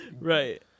Right